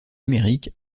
amérique